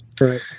Right